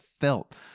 felt